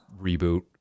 reboot